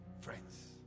friends